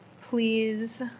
please